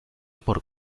por